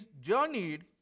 journeyed